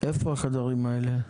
איה החדרים האלה?